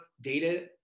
data